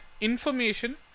information